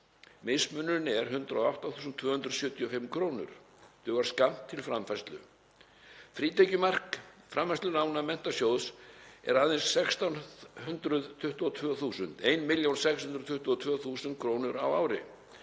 Mismunurinn er 108.275 kr. og dugar skammt til framfærslu. Frítekjumark framfærslulána Menntasjóðs er aðeins 1.622.000 kr. á ári.